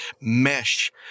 mesh